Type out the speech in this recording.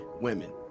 women